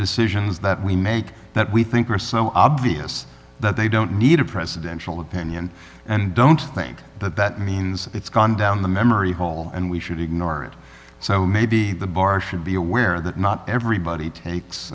decisions that we make that we think are so obvious that they don't need a presidential opinion and don't think that that means it's gone down the memory hole and we should ignore it so maybe the bar should be aware that not everybody